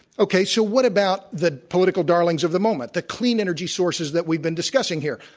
okay, so what about the political darlings of the moment, the clean energy sources that we've been discussing here?